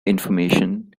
information